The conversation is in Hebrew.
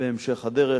בהמשך הדרך.